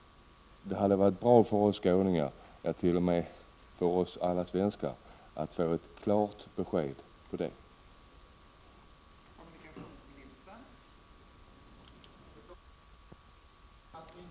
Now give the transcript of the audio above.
Det skulle vara bra för oss skåningar — ja, t.o.m. för alla svenskar — om vi fick ett klart besked på den här punkten.